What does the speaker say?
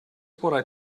what